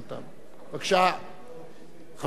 כבוד אדוני היושב-ראש, שולחן הממשלה, חברי הכנסת,